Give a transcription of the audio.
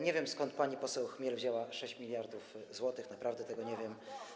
Nie wiem, skąd pani poseł Chmiel wzięła 6 mld zł, naprawdę tego nie wiem.